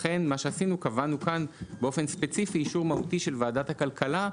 לכן קבענו כאן באופן ספציפי אישור מהותי של ועדת הכלכלה.